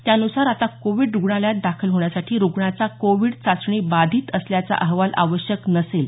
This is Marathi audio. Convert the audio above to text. त्यानुसार आता कोविड रुग्णालयात दाखल होण्यासाठी रुग्णाचा कोविड चाचणी बाधित असल्याचा अहवाल आवश्यक नसेल